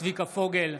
צביקה פוגל,